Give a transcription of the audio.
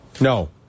No